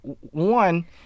one